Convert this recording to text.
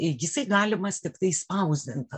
jisai galimas tiktai spausdinta